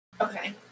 Okay